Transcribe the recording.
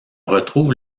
retrouve